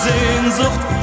Sehnsucht